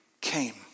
came